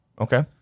Okay